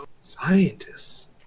Scientists